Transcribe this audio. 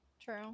True